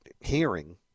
hearing